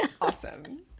awesome